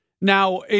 Now